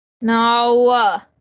No